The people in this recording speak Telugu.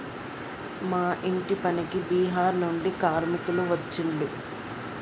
మా ఇంటి పనికి బీహార్ నుండి కార్మికులు వచ్చిన్లు